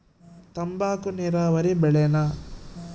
ತಂಬಾಕು ನೇರಾವರಿ ಬೆಳೆನಾ?